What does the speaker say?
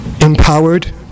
empowered